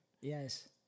Yes